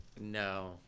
No